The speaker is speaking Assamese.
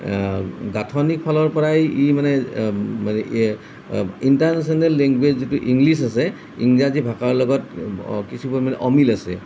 গাঁথনিৰ ফালৰ পৰাই ই মানে ইন্টাৰনেশ্বনেল লেংগুৱেজ যিটো ইংলিছ আছে ইংৰাজী ভাষাৰ লগত কিছু পৰিমাণে অমিল আছে